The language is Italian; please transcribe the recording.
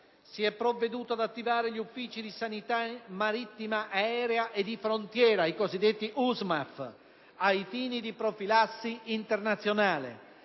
si è provveduto ad attivare gli Uffici di sanità marittima aerea e di frontiera (i cosiddetti USMAF) ai fini di profilassi internazionale.